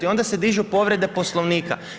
Onda se dižu povrede Poslovnika.